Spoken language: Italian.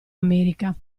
america